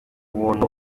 umuntu